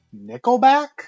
Nickelback